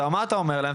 מה אתה אומר להם?